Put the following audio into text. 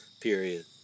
Period